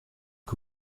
que